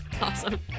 awesome